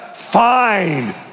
find